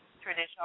traditional